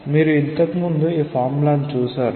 మీరు ఇంతకు ముందు ఈ ఫార్ములా ని చూసారు